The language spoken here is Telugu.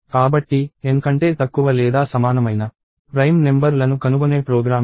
కాబట్టి N కంటే తక్కువ లేదా సమానమైన ప్రైమ్ నెంబర్ లను కనుగొనే ప్రోగ్రామ్ ఇది